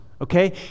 okay